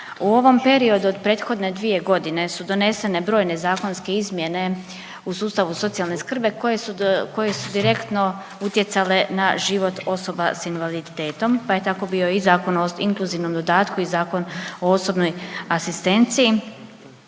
U ovom periodu od prethodne 2.g. su donesene brojne zakonske izmjene u sustavu socijalne skrbi koje su, koje su direktno utjecale na život osoba s invaliditetom, pa je tako bio i Zakon o inkluzivnom dodatku i Zakon o osobnoj asistenciji.